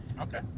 Okay